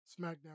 SmackDown